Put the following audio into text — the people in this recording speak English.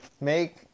Make